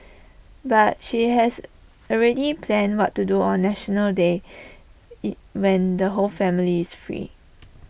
but she has already planned what to do on National Day when the whole family is free